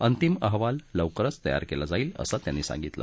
अंतिम अहवाल लवकरच तयार केला जाईल असं त्यांनी सांगितलं